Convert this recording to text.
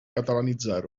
catalanitzar